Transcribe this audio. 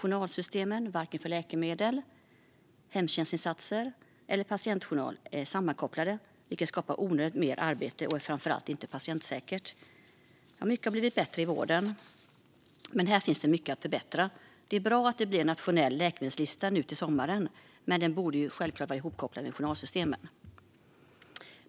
Journalsystemen för läkemedel, hemtjänstinsatser och patientjournaler är dock inte sammankopplade, vilket skapar onödigt merarbete och framför allt inte är patientsäkert. Mycket har blivit bättre i vården, men här finns det mycket mer att förbättra. Det är bra att det blir en nationell läkemedelslista till sommaren, men den borde självklart vara ihopkopplad med journalsystemen.